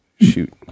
shoot